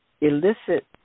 elicit